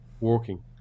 working